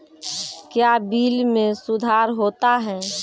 क्या बिल मे सुधार होता हैं?